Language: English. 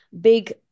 big